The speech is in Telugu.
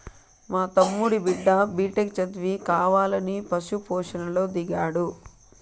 మా తమ్ముడి బిడ్డ బిటెక్ చదివి కావాలని పశు పోషణలో దిగాడు